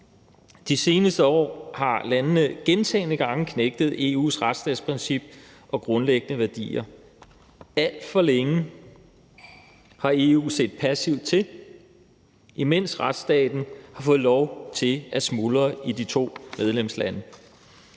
De seneste år har landene gentagne gange knægtet EU's retsstatsprincip og grundlæggende værdier. Alt for længe har EU set passivt til, imens retsstaten har fået lov til at smuldre i de to medlemslande.